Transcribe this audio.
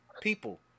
People